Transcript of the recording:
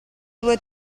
due